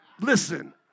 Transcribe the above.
Listen